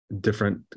different